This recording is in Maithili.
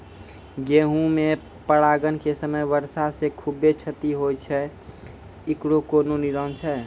गेहूँ मे परागण के समय वर्षा से खुबे क्षति होय छैय इकरो कोनो निदान छै?